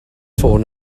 ffôn